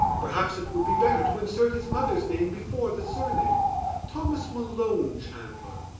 perhaps it would be better to insert his mother's name before the surname thomas malone chandler,